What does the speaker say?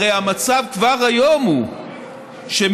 הרי המצב כבר היום הוא שמקוואות,